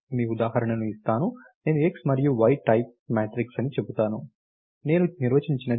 మీ ఉదాహరణను ఇస్తాను నేను x మరియు y టైప్ మ్యాట్రిక్స్ అని చెబుతాను నేను నిర్వచించినది ఇదే